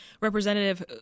Representative